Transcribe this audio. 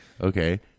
Okay